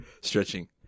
Stretching